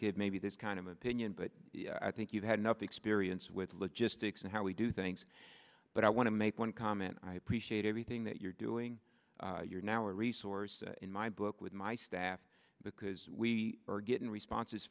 give maybe this kind of opinion but i think you've had enough experience with logistics and how we do things but i want to make one comment i appreciate everything that you're doing you're now a resource in my book with my staff because we are getting responses